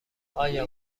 آیا